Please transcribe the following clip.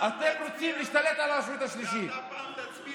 ואתה הפעם תצביע?